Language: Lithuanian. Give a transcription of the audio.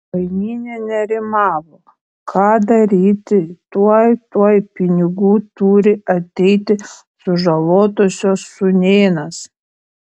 kaimynė nerimavo ką daryti tuoj tuoj pinigų turi ateiti sužalotosios sūnėnas